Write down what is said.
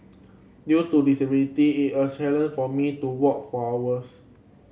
due to disability it a challenge for me to walk for hours